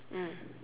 mm